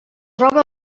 troba